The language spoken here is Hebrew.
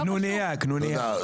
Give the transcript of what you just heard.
קנוניה, קנוניה.